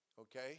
Okay